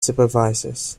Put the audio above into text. supervisors